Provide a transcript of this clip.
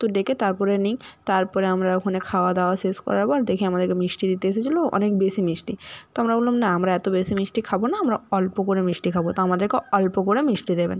তো ডেকে তারপরে নিই তারপরে আমরা ওখানে খাওয়া দাওয়া শেষ করার পর দেখি আমাদেরকে মিষ্টি দিতে এসেছিল অনেক বেশি মিষ্টি তো আমরা বললাম না আমরা এত বেশি মিষ্টি খাবো না আমরা অল্প করে মিষ্টি খাবো তো আমাদেরকে অল্প করে মিষ্টি দেবেন